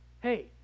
Hey